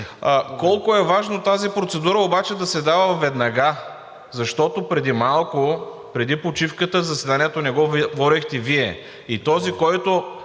Колко е важно тази процедура обаче да се дава веднага, защото преди малко – преди почивката, заседанието не го водехте Вие